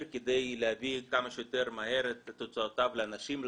כדי להביא כמה שיותר מהר את תוצאותיו לאנשים,